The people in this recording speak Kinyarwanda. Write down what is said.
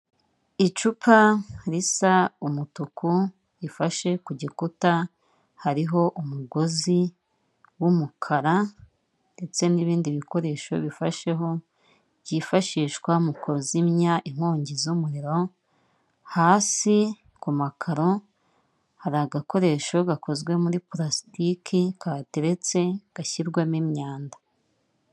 Icupa risa umutuku rifashe ku gikuta hariho umugozi w'umukara ndetse n'ibindi bikoresho bifasheho, byifashishwa mu kuzimya inkongi z'umuriro hasi ku makaro, hari agakoresho gakozwe muri pulasitiki kahateretse gashyirwamo imyanda.